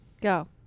Go